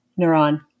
neuron